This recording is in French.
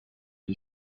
d’y